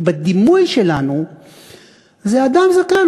כי בדימוי שלנו זה אדם זקן.